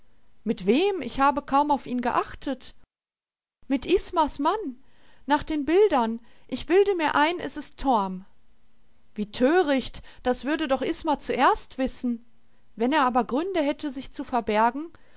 mit wem ich habe kaum auf ihn geachtet mit ismas mann nach den bildern ich bilde mir ein es ist torm wie töricht das würde doch isma zuerst wissen wenn er aber gründe hätte sich zu verbergen